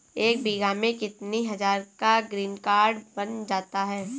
एक बीघा में कितनी हज़ार का ग्रीनकार्ड बन जाता है?